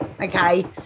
Okay